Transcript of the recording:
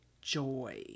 joy